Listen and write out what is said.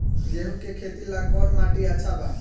गेहूं के खेती ला कौन माटी अच्छा बा?